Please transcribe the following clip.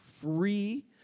free